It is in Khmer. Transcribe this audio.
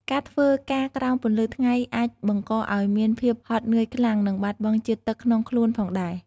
ការធ្វើការក្រោមពន្លឺថ្ងៃអាចបង្កឱ្យមានភាពហត់នឿយខ្លាំង និងបាត់បង់ជាតិទឹកក្នុងខ្លួនផងដែរ។